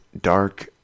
Dark